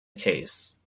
case